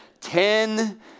Ten